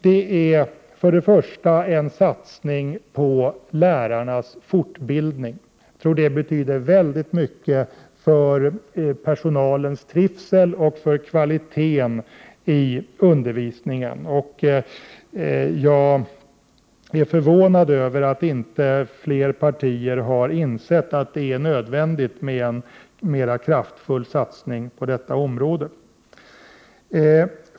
Den första punkten handlar om en satsning på lärarnas fortbildning, vilket jag tror betyder väldigt mycket för personalens trivsel och för kvaliteten i undervisningen. Jag är förvånad över att inte fler partier har insett att det är nödvändigt med en mera kraftfull satsning på detta område.